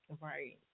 Right